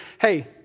hey